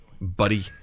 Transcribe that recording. buddy